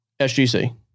SGC